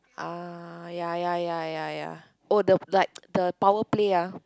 uh ya ya ya ya ya oh the like the power play ah